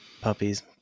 Puppies